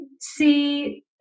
see